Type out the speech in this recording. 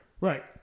Right